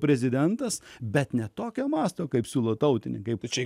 prezidentas bet ne tokio masto kaip siūlo tautinį kaip čia